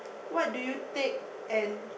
what do you take and